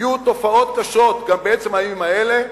היו תופעות קשות, גם בעצם הימים האלה,